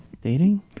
dating